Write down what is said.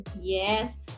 Yes